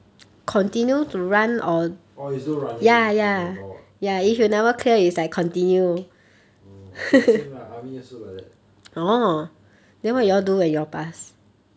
orh is do running oh my god okay oh okay lah same lah army also like that ya